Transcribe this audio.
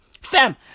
Fam